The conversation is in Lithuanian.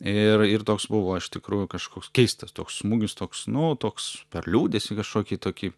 ir ir toks buvo iš tikrųjų kažkoks keistas toks smūgis toks nu toks per liūdesį kažkokį tokį